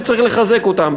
שצריך לחזק אותם,